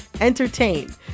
entertain